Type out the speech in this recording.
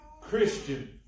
Christian